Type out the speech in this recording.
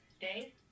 Dave